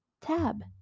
tab